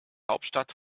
hauptstadt